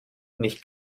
nicht